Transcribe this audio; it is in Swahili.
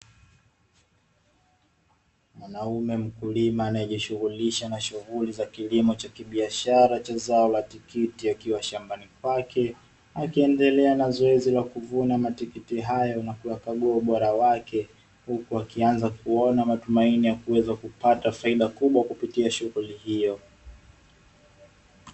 Mwanaume mkulima anayejishughulisha na shughuli za kilimo cha kibiashara cha zao la tikiti akiwa shambani kwake akiendelea na zoezi la kuvuna matikiti hayo na kuyakagua ubora wake, huku akianza kuona matumaini ya kuweza kupata faida kubwa kupitia shughuli hiyo.